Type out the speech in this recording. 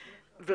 נכון.